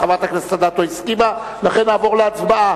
חברת הכנסת אדטו הסכימה, לכן נעבור להצבעה.